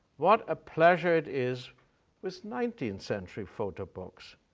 what a pleasure it is with nineteenth century photo books,